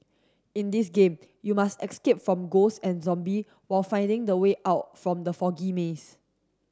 in this game you must escape from ghost and zombie while finding the way out from the foggy maze